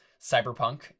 cyberpunk